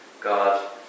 God